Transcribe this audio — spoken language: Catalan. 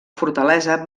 fortalesa